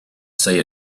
say